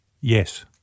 Yes